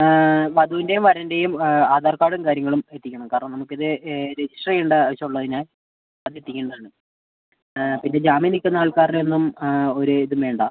വധുവിൻ്റെയും വരൻ്റെയും ആധാർ കാർഡും കാര്യങ്ങളും എത്തിക്കണം കാരണം നമുക്കിത് രജിസ്റ്റർ ചെയ്യേണ്ട ആവശ്യം ഉള്ളതിനാൽ അത് എത്തിക്കേണ്ടതാണ് പിന്നെ ജാമ്യം നിൽക്കുന്ന ആൾക്കാരുടെ ഒന്നും ഒരു ഇതും വേണ്ട